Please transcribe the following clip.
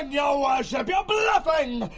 your worship, you're bluffing,